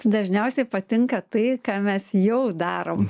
tai dažniausiai patinka tai ką mes jau darom